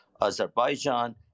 Azerbaijan